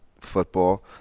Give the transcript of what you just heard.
football